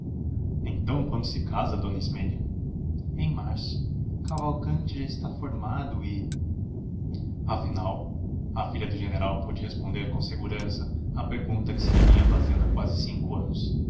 então quando se casa dona ismênia em março cavalcanti já está formado e afinal a filha do general pôde responder com segurança à pergunta que se lhe vinha fazendo há quase cinco anos